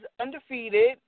undefeated